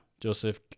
Joseph